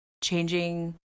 changing